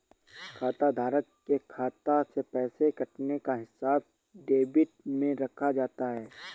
खाताधारक के खाता से पैसे कटने का हिसाब डेबिट में रखा जाता है